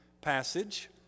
passage